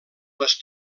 les